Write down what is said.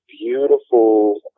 beautiful